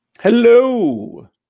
Hello